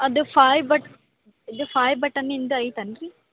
ಅದು five but ಅದು five ಬಟನ್ನಿಂದು ಐತೇನ್ರೀ